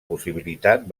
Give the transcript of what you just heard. possibilitat